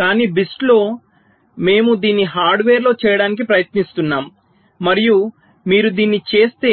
కానీ BIST లో మేము దీన్ని హార్డ్వేర్లో చేయడానికి ప్రయత్నిస్తున్నాము మరియు మీరు దీన్ని చేస్తే